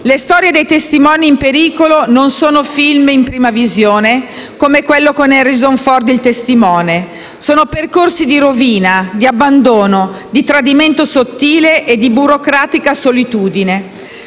Le storie dei testimoni in pericolo non sono *film* in prima visione, come quello con Harrison Ford, «Il testimone»; sono percorsi di rovina, di abbandono, di tradimento sottile e di burocratica solitudine.